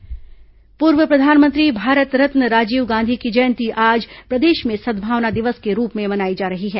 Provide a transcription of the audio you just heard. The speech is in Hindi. राजीव गांधी जयंती पूर्व प्रधानमंत्री भारत रत्न राजीव गांधी की जयंती आज प्रदेश में सद्भावना दिवस के रूप में मनाई जा रही है